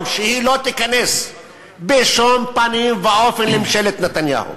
שהיא לא תיכנס בשום פנים ואופן לממשלת נתניהו,